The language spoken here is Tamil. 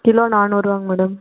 கிலோ நானூறுரூவாங்க மேடம்